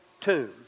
tomb